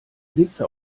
witze